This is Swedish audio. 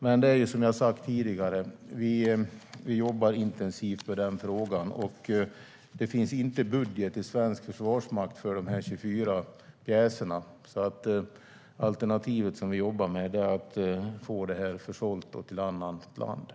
Men vi jobbar intensivt med den frågan. Det finns ingen budget i svensk försvarsmakt för dessa 24 pjäser. Det alternativ vi jobbar med är att få dem försålda till annat land.